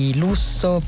lusso